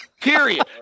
Period